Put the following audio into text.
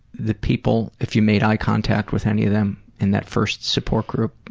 the people if you made eye contact with any of them in that first support group?